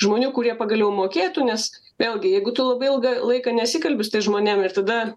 žmonių kurie pagaliau mokėtų nes vėlgi jeigu tu labai ilgą laiką nesikalbi su tais žmonėm ir tada